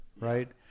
right